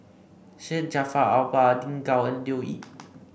Syed Jaafar Albar Lin Gao and Leo Yip